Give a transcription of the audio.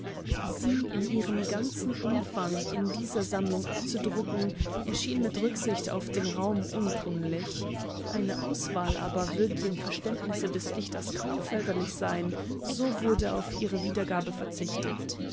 sie in ihrem ganzen umfang in dieser sammlung abzudrucken erschien mit rücksicht auf den raum untunlich eine auswahl aber würde dem verständnisse des dichters kaum förderlich sein so wurde auf ihre wiedergabe verzichtet